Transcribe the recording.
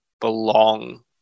belong